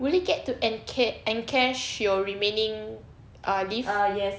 will you get to enca~ encash your remaining uh leave